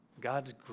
God's